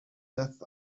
death